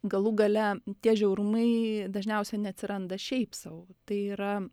galų gale tie žiaurumai dažniausiai neatsiranda šiaip sau tai yra